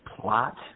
plot